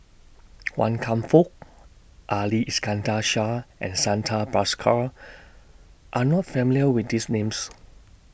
Wan Kam Fook Ali Iskandar Shah and Santha Bhaskar Are not familiar with These Names